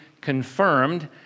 confirmed